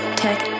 tech